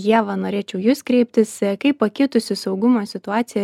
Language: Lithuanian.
ieva norėčiau į jus kreiptis kaip pakitusi saugumo situacija